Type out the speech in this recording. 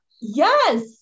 Yes